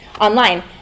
online